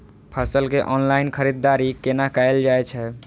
फसल के ऑनलाइन खरीददारी केना कायल जाय छै?